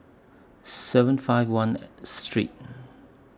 seven five one Street